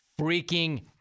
freaking